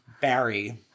Barry